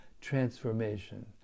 transformation